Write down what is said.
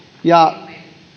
ja